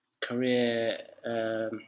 career